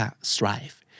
Strive